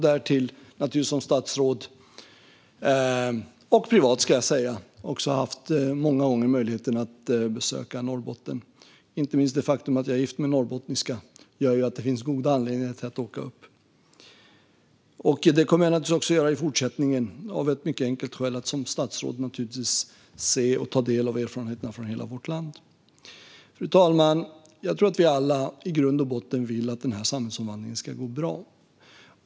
Därtill har jag naturligtvis som statsråd - och även privat - många gånger haft möjlighet att besöka Norrbotten. Inte minst det faktum att jag är gift med en norrbottniska gör att det finns goda anledningar att åka upp. Det kommer jag naturligtvis också att göra i fortsättningen, av ett mycket enkelt skäl: Som statsråd ska jag naturligtvis ta del av erfarenheterna från hela vårt land. Fru talman! Jag tror att vi alla i grund och botten vill att den här samhällsomvandlingen ska gå bra.